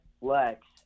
flex